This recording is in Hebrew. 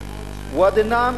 ואדי-אל-נעם,